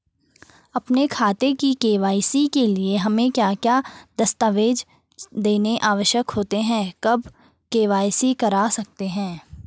अपने खाते की के.वाई.सी के लिए हमें क्या क्या दस्तावेज़ देने आवश्यक होते हैं कब के.वाई.सी करा सकते हैं?